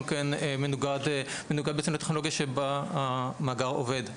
כן מנוגד לטכנולוגיה שבה המאגר עובד,